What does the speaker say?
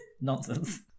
nonsense